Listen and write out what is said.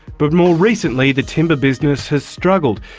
but more recently the timber business has struggled.